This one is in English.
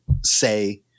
say